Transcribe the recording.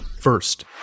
First